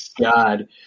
God